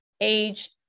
age